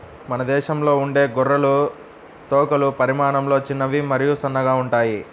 మన దేశంలో ఉండే గొర్రె తోకలు పరిమాణంలో చిన్నవి మరియు సన్నగా ఉంటాయి